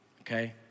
okay